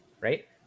right